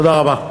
תודה רבה.